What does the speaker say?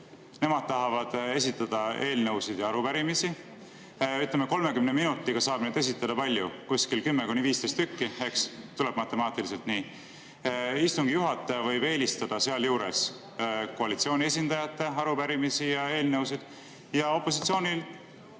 Nemad tahavad esitada eelnõusid ja arupärimisi. Ütleme, 30 minutiga saab neid esitada kuskil 10–15 tükki, eks, tuleb matemaatiliselt nii. Istungi juhataja võib eelistada sealjuures koalitsiooni esindajate arupärimisi ja eelnõusid ja opositsioon